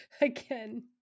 Again